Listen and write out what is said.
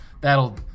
that'll